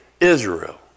Israel